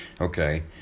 Okay